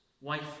wife